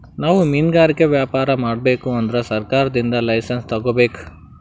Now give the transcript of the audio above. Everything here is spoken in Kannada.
ನಾವ್ ಮಿನ್ಗಾರಿಕೆ ವ್ಯಾಪಾರ್ ಮಾಡ್ಬೇಕ್ ಅಂದ್ರ ಸರ್ಕಾರದಿಂದ್ ಲೈಸನ್ಸ್ ತಗೋಬೇಕ್